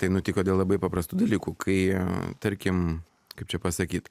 tai nutiko dėl labai paprastų dalykų kai tarkim kaip čia pasakyt